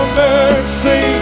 mercy